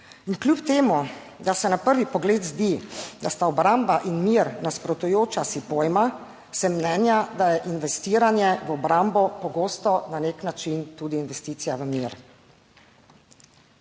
In kljub temu, da se na prvi pogled zdi, da sta obramba in mir nasprotujoča si pojma, sem mnenja, da je investiranje v obrambo pogosto na nek način tudi investicija v mir.